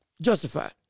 justified